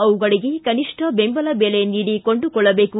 ಅವುಗಳಿಗೆ ಕನಿಷ್ಟ ಬೆಂಬಲ ಬೆಲೆ ನೀಡಿ ಕೊಂಡುಕೊಳ್ಳಬೇಕು